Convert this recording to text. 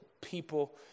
people